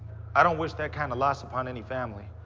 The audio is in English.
i don't wish that kind of loss upon any family.